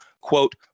quote